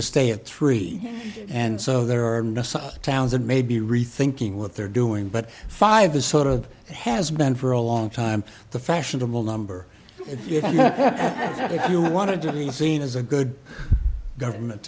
to stay at three and so there are towns and maybe rethinking what they're doing but five is sort of it has been for a long time the fashionable number yeah that if you want to be seen as a good government